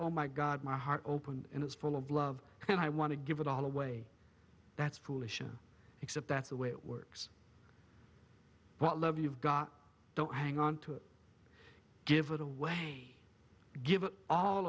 oh my god my heart open and it's full of love and i want to give it all away that's foolish oh except that's the way it works what love you've got don't hang on to it give it away give it all